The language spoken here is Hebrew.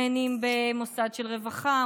מוסד של רווחה,